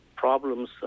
problems